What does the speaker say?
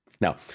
Now